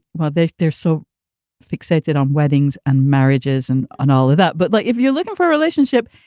well they're they're so fixated on weddings and marriages and on all of that. but like if you're looking for a relationship,